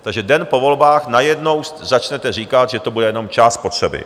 Takže den po volbách najednou začnete říkat, že to bude jenom část spotřeby.